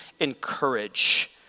encourage